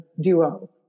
duo